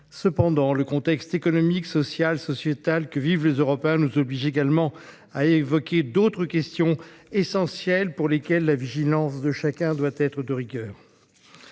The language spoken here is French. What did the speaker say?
Cependant, le contexte économique, social et sociétal que vivent les Européens nous oblige à évoquer également d'autres questions essentielles pour lesquelles la vigilance de chacun doit être de rigueur.